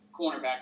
Cornerback